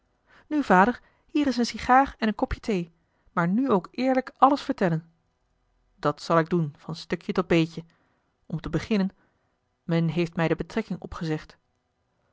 nu vader hier is eene sigaar en een kopje thee maar nu ook eerlijk alles vertellen dat zal ik doen van stukje tot beetje om te beginnen men heeft mij de betrekking opgezegd